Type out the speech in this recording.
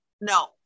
No